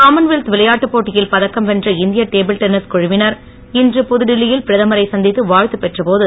Commonwealth விளையாட்டுப் போட்டியில் பதக்கம் வென்ற இந்திய டேபிள் டென்னிஸ் குழவினர் இன்று புதுடில்லியில் பிரதமரை சந்தித்து வாழ்த்து பெற்றபோது